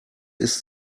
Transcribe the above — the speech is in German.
ist